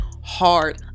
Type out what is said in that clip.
hard